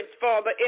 Father